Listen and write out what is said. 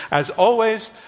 as always,